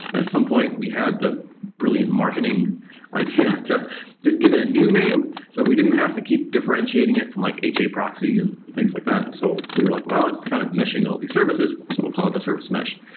at some point we had the brilliant marketing idea to just give it a new name. so we didn't have to keep differentiating it from like ha proxies and things like that. and so we were like, well, it's kind of meshing all these services. so we'll call it a service mesh.